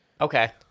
Okay